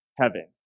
heaven